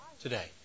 today